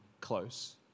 close